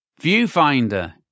Viewfinder